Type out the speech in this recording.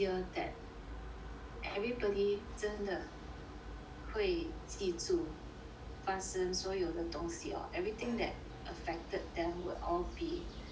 everybody 真的会记住发生所有的东西 lor everything that affected them will all be